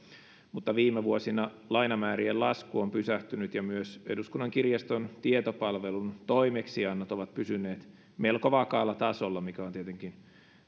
mutta viime vuosina lainamäärien lasku on pysähtynyt ja myös eduskunnan kirjaston tietopalvelun toimeksiannot ovat pysyneet melko vakaalla tasolla mikä on tietenkin